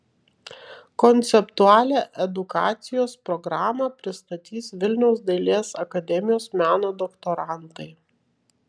konceptualią edukacijos programą pristatys vilniaus dailės akademijos meno doktorantai